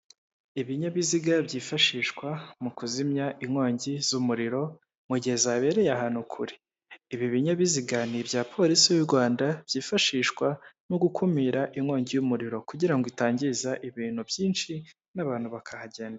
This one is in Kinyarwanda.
Ibinyabiziga byifashishwa mu kuzimya inkongi z'umuriro, mu gihe zabereye ahantu kure. Ibi binyabiziga ni ibya polisi y'u Rwanda byifashishwa mu gukumira inkongi y'umuriro, kugirango itangiza ibintu byinshi n'abantu bakahagendera.